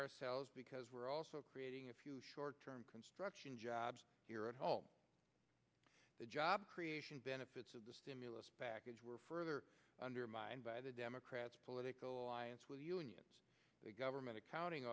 ourselves because we're also creating a few short term construction jobs here at home the job creation benefits of the stimulus package were further undermined by the democrats political alliance with unions the government accounting